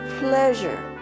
pleasure